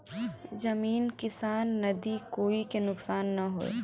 जमीन किसान नदी कोई के नुकसान न होये